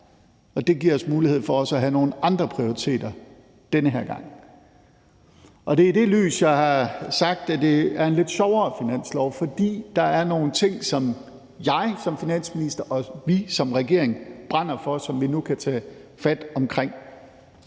det giver os mulighed for også at have nogle andre prioriteter den her gang. Det er i det lys, jeg har sagt, at det er en lidt sjovere finanslov. For der er nogle ting, jeg som finansminister og vi som regering brænder for, og som vi nu kan tage fat omkring,